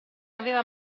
aveva